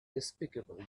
despicable